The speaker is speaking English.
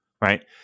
right